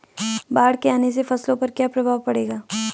बाढ़ के आने से फसलों पर क्या प्रभाव पड़ेगा?